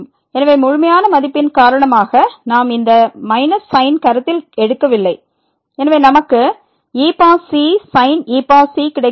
எனவே முழுமையான மதிப்பின் காரணமாக நாம் இந்த sin கருத்தில் எடுக்கவில்லை எனவே நமக்கு ec sin ec கிடைக்கிறது